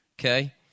Okay